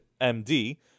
M-D